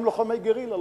הם לוחמי גרילה,